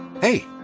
hey